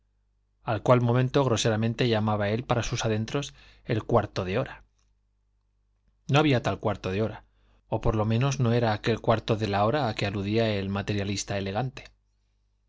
al cual momento groseramente llamaba él para sus adentros el cuarto de hora no había tal cuarto de hora o por lo menos no era aquel cuarto de la hora a que aludía el materialista elegante